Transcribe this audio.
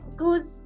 good